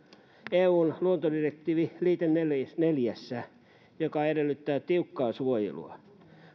eun luontodirektiivin liite neljässä neljässä joka edellyttää tiukkaa suojelua